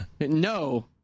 No